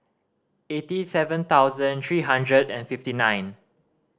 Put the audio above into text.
eighty seven thousand three hundred and fifty nine